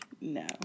No